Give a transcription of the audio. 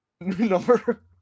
Number